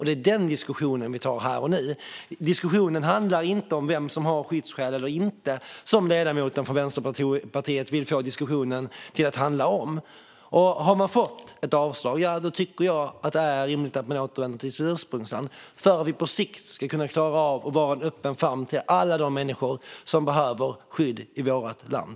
Det är den diskussionen vi tar här och nu. Diskussionen handlar inte om vem som har skyddsskäl och inte, som ledamoten från Vänsterpartiet vill få den till att göra. Har man fått ett avslag tycker jag att det är rimligt att man återvänder till sitt ursprungsland, för att vi på sikt ska kunna klara av att vara en öppen famn för alla de människor som behöver skydd i vårt land.